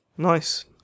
Nice